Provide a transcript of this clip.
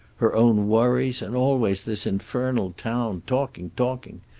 her own worries, and always this infernal town, talking, talking.